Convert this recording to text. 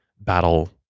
battle